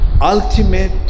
Ultimate